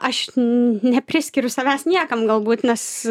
aš nepriskiriu savęs niekam galbūt nes